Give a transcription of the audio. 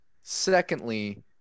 secondly